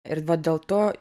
ir dėl to